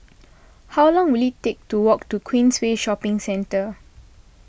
how long will it take to walk to Queensway Shopping Centre